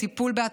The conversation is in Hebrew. וכבוד לכם.